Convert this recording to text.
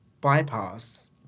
bypass